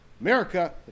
America